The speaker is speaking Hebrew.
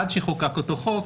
עד שחוקק אותו חוק,